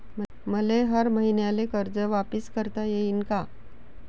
मले हर मईन्याले कर्ज वापिस करता येईन का?